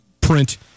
print